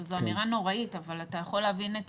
שזו אמירה נוראית אבל אתה יכול להבין את